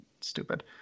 stupid